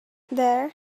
there